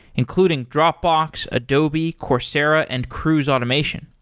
including dropbox, adobe, coursera and cruise automation.